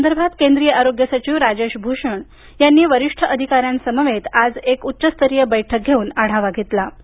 या संदर्भात केंद्रीय आरोग्य सचिव राजेश भूषण यांनी वरिष्ठ अधिकाऱ्यांसमवेत आज एक उच्च स्तरीय बैठक घेऊन आढावा घेतला